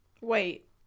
Wait